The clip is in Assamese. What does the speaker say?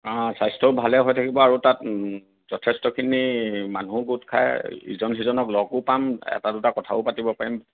হয় স্বাস্থ্যও ভাল হৈ থাকিব আৰু যথেষ্টখিনি মানুহ গোট খাই ইজন সিজনক লগো পাম এটা দুটা কথাও পাতিব পৰিম